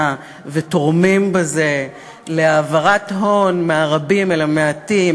ותורמים בזה להעברת הון מהרבים אל המעטים,